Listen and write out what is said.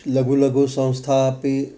लघु लघु संस्थापि